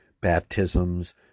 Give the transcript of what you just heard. baptisms